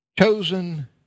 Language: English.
Chosen